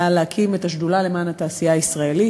להקים את השדולה למען התעשייה הישראלית.